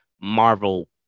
Marvel